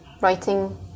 writing